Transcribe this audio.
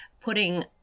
putting